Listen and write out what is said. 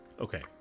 Okay